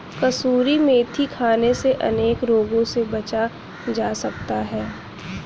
कसूरी मेथी खाने से अनेक रोगों से बचा जा सकता है